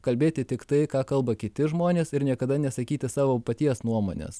kalbėti tiktai ką kalba kiti žmonės ir niekada nesakyti savo paties nuomonės